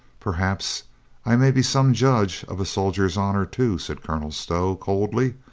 perhaps i may be some judge of a soldier's honor, too, said colonel stow coldly.